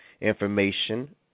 information